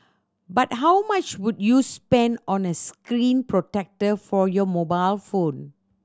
but how much would you spend on a screen protector for your mobile phone